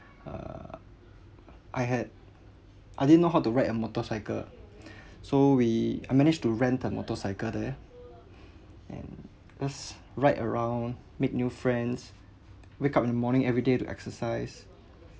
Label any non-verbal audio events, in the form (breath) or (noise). err I had I only know how to ride a motorcycle (breath) so we I managed to rent a motorcycle there and just ride around make new friends wake up in the morning everyday to exercise